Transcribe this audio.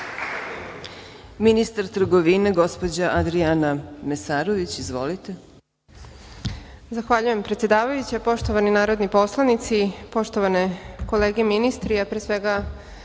ministar trgovine gospođa Adrijana Mesarović. Izvolite.